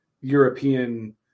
European